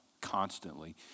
constantly